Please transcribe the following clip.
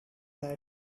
that